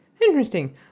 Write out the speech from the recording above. interesting